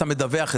אתה מדווח,